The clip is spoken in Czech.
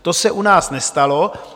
To se u nás nestalo.